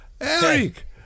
Eric